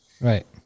Right